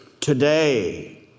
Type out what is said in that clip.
Today